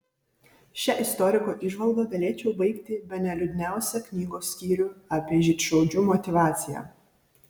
šia istoriko įžvalga galėčiau baigti bene liūdniausią knygos skyrių apie žydšaudžių motyvaciją